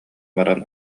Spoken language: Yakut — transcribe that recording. баран